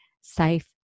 safe